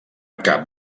cap